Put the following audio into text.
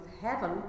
heaven